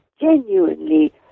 genuinely